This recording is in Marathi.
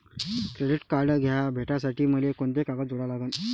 क्रेडिट कार्ड भेटासाठी मले कोंते कागद जोडा लागन?